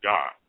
God